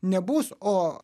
nebus o